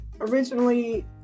originally